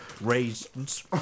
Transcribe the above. Raisins